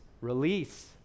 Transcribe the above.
Release